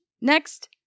Next